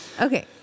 Okay